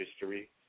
history